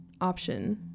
option